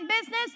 business